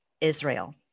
Israel